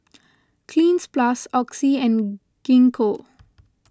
Cleanz Plus Oxy and Gingko